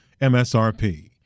MSRP